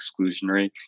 exclusionary